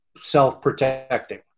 self-protecting